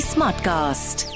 Smartcast